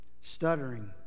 stuttering